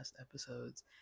episodes